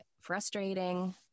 frustrating